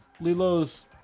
Lilo's